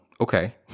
Okay